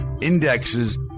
indexes